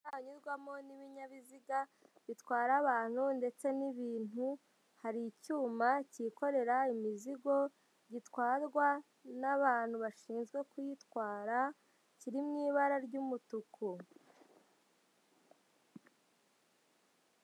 umuhanda unyurwamo n'ibinyabiziga bitwara abantu ndetse n'ibintu, hari icyuma cyikorera imizigo gitwarwa n'abantu bashinzwe kuyitwara, kiri mu ibara ry'umutuku.